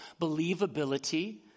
believability